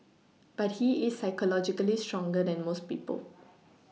but he is psychologically stronger than most people